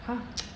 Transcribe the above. !huh!